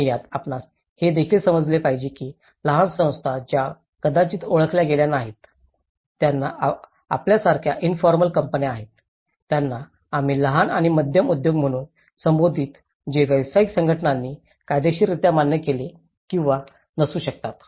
आणि यात आपणास हे देखील समजले पाहिजे की लहान संस्था ज्या कदाचित ओळखल्या गेल्या नाहीत ज्यांना आपल्यासारख्या इन्फॉर्मल कंपन्या आहेत त्यांना आम्ही लहान आणि मध्यम उद्योग म्हणून संबोधतो जे व्यावसायिक संघटनांनी कायदेशीररित्या मान्य केले किंवा नसू शकतात